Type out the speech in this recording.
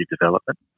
development